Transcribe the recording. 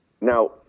Now